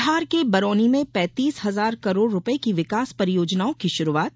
बिहार के बरौनी में पैंतीस हजार करोड़ रुपये की विकास परियोजनाओं की शुरुआत